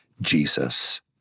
Jesus